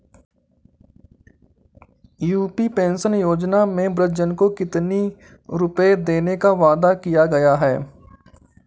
UP pension योजना में वृद्धजन को कितनी रूपये देने का वादा किया गया है?